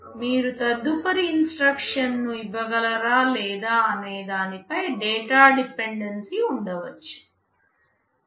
మీరు తదుపరి ఇన్స్పెక్షన్ ను ఇవ్వగలరా లేదా అనే దానిపై డేటా డిపెండెన్సీ ఉండవచ్చు